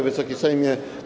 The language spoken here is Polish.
Wysoki Sejmie!